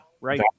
Right